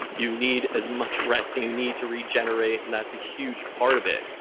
you need as much rest and you need to regenerate and that's a huge part of it.